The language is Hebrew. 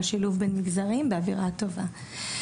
על שילוב בין מגזרים באווירה טובה.